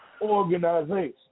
organization